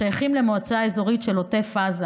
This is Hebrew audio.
ששייכים למועצה אזורית של עוטף עזה